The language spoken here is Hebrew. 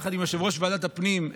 יחד עם יושב-ראש ועדת הפנים,